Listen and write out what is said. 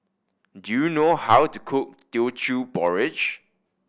do you know how to cook Teochew Porridge